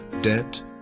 debt